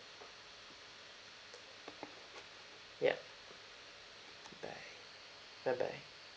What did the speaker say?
yup bye bye bye